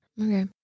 Okay